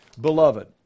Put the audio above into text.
Beloved